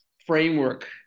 framework